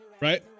right